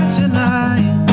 tonight